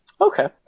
Okay